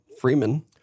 Freeman